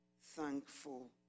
thankful